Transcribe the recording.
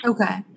Okay